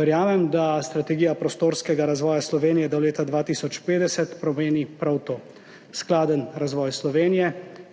Verjamem, da strategija prostorskega razvoja Slovenije do leta 2050 pomeni prav to, skladen razvoj Slovenije